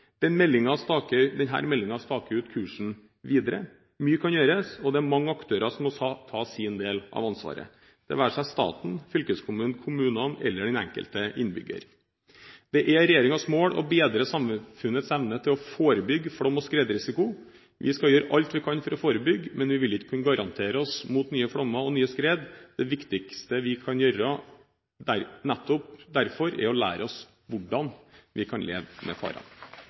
den enkelte innbygger. Det er regjeringens mål å bedre samfunnets evne til å forebygge flom- og skredrisiko. Vi skal gjøre alt vi kan for å forebygge, men vi vil ikke kunne garantere oss mot nye flommer og nye skred. Det viktigste vi kan gjøre, er nettopp derfor å lære oss hvordan vi kan leve med farene. Det blir replikkordskifte. Kartlegging av fare